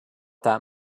that